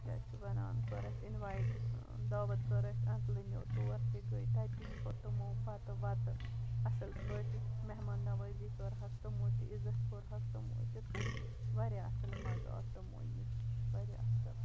کیاہ چھِ وَنان کٔر اسہِ اِنوایِٹ دعوت کٔر اسہِ اَنکٔلٕنیو تور تہ گے تَتہِ تہِ کھیوٚو تِمَو بَتہٕ وَتہٕ اَصٕل پٲٹھۍ مہمان نَوٲزی کٔرہَکھ تِمَو تہِ عِزَت کورہوکھ تِمَو تہِ تہٕ واریاہ اَصٕل مَزٕ آو تِمَو ییٚتہِ واریاہ اَصٕل